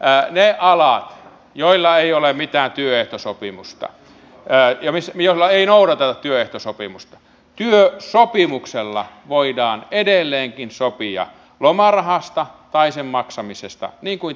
niilä aloilla joilla ei ole mitään työehtosopimusta ja joilla ei noudateta työehtosopimusta työsopimuksella voidaan edelleenkin sopia lomarahasta tai sen maksamisesta niin kuin tähänkin saakka